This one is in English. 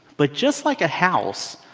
but just like a house,